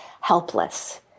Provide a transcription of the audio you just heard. helpless